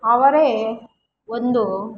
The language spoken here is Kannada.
ಅವರೇ ಒಂದು